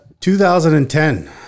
2010